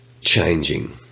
changing